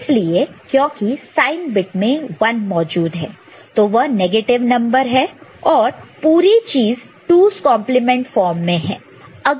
यह इसलिए है क्योंकि साइन बिट में 1 मौजूद है तो वह नेगेटिव है और पूरी चीज 2's complement form 2's complement form में है